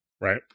right